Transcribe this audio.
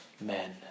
men